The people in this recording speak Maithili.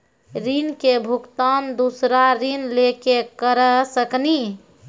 ऋण के भुगतान दूसरा ऋण लेके करऽ सकनी?